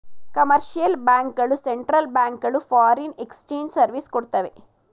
commercial bank ಗಳು central bank ಗಳು foreign exchange service ಕೊಡ್ತವೆ